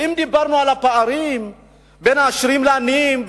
ואם דיברנו על הפערים בין העשירים לעניים,